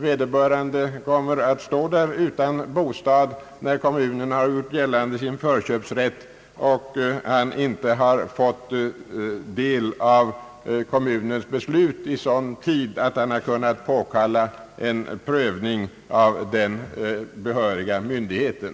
Vederbörande kommer att stå där utan bostad, när kommunen har gjort sin förköpsrätt gällande, om han inte fått del av beslutet i sådan tid, att han har kunnat påkalla en prövning av den behöriga myndigheten.